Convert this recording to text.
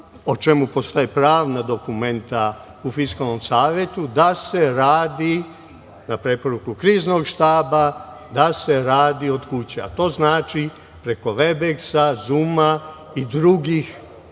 o čemu postoje pravna dokumenta u Fiskalnom savetu, da se radi na preporuku Kriznog štaba od kuće, a to znači preko „Vebeksa“, „Zuma“ i drugih